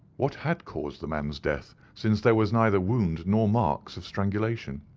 what had caused the man's death, since there was neither wound nor marks of strangulation?